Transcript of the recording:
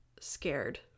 scared